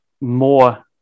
more